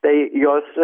tai jos